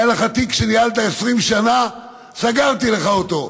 היה לך תיק שניהלת 20 שנה, סגרתי לך אותו.